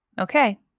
Okay